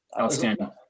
Outstanding